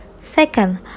second